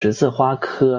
十字花科